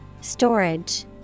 Storage